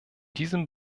diesem